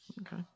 okay